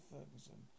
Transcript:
Ferguson